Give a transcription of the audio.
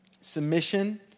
Submission